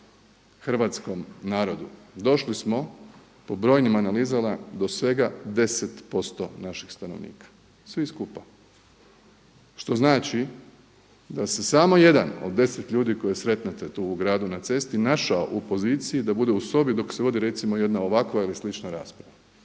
hrvatskom narodu došli smo po brojnim analizama do svega 10% našeg stanovništva – svi skupa, što znači da se samo 1 od 10 ljudi koje sretnete tu u gradu na cesti našao u poziciji da bude u sobi dok se vodi recimo jedna ovakva ili slična rasprava.